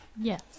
yes